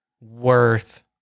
worth